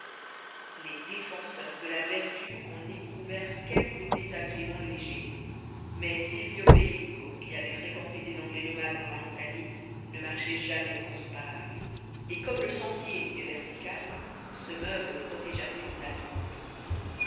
les défenseurs de la vertu en éprouvèrent quelques désagréments légers mais silvio pellico qui avait fréquenté des anglais nomades en araucanie ne marchait jamais sans son parapluie et comme le sentier était vertical ce meuble protégea toute la troupe